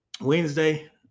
Wednesday